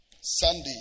Sunday